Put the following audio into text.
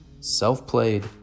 Self-played